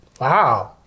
Wow